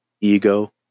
ego